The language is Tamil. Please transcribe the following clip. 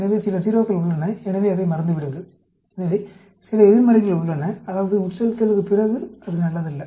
எனவே சில 0 க்கள் உள்ளன எனவே அதை மறந்துவிடுங்கள் எனவே சில எதிர்மறைகள் உள்ளன அதாவது உட்செலுத்தலுக்குப் பிறகு அது நல்லதல்ல